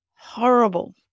horrible